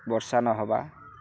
ବର୍ଷା ନ ହେବା